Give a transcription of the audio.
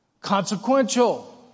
consequential